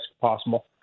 possible